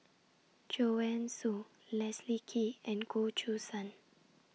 Joanne Soo Leslie Kee and Goh Choo San